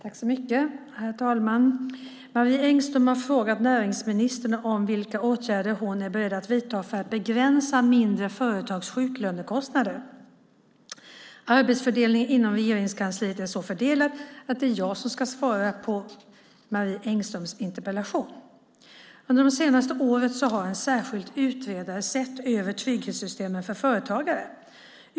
Herr talman! Marie Engström har frågat näringsministern vilka åtgärder hon är beredd att vidta för att begränsa mindre företags sjuklönekostnader. Arbetsfördelningen inom Regeringskansliet är så fördelad att det är jag som ska svara på Marie Engströms interpellation. Under det senaste året har en särskild utredare sett över trygghetssystemen för företagare.